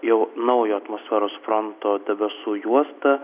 jau naujo atmosferos fronto debesų juosta